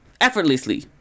effortlessly